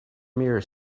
mirror